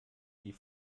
die